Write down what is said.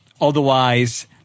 Otherwise